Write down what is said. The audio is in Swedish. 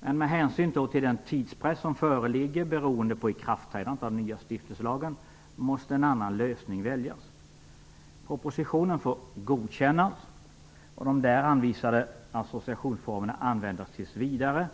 Men med hänsyn till den tidspress som föreligger beroende på ikraftträdandet av den nya stiftelselagen måste en annan lösning väljas. Propositionen får godkännas och de där anvisade associationsformerna användas tills vidare.